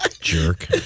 jerk